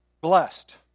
Blessed